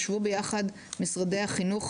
ישבו יחד משרדי החינוך,